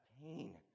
pain